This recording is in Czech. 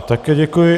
Také děkuji.